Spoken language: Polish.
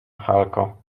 halko